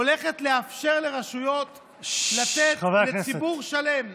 היא הולכת לאפשר לרשויות לתת לציבור שלם,